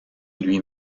lui